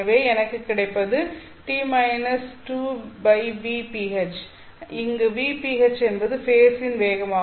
எனவே எனக்கு கிடைப்பது t - zvph அங்கு vph என்பது ஃபேஸ் ன் வேகம்